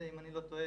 אם אני לא טועה,